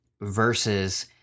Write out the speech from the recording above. versus